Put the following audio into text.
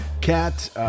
Cat